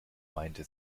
meinte